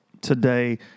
today